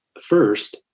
first